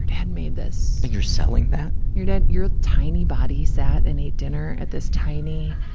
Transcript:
dad made this? and you're selling that? your dad, your tiny bodies sat and ate dinner at this tiny,